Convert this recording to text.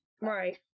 Right